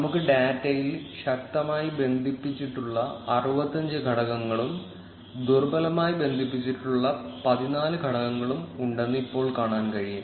നമുക്ക് ഡാറ്റയിൽ ശക്തമായി ബന്ധിപ്പിച്ചിട്ടുള്ള 65 ഘടകങ്ങളും ദുർബലമായി ബന്ധിപ്പിച്ചിട്ടുള്ള 14 ഘടകങ്ങളും ഉണ്ടെന്ന് ഇപ്പോൾ കാണാൻ കഴിയും